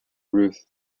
ruth